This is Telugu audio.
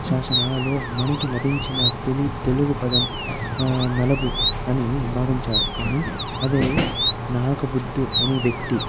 శాసనాలలో మనకి లభించిన తొలి తెలుగు పదం నలబు అని భావించారు కానీ అదే నాకు బుద్దు అనే వ్యక్తి